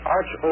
Arch